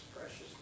precious